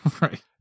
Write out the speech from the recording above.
Right